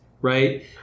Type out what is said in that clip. right